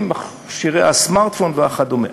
עם הסמארטפון וכדומה.